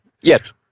Yes